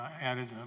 added